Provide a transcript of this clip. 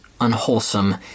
unwholesome